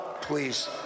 please